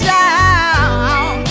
down